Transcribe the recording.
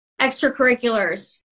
Extracurriculars